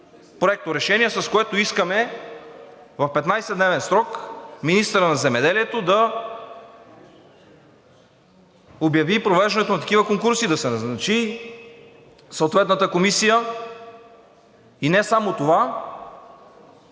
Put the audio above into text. проекторешение, с което искаме в 15-дневен срок министърът на земеделието да обяви провеждането на такива конкурси, да се назначи съответната комисия. И не само това,